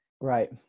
Right